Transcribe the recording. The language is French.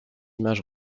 image